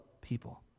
people